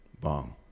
Bong